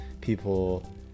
people